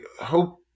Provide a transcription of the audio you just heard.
hope